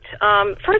First